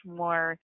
more